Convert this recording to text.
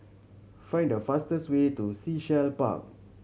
find the fastest way to Sea Shell Park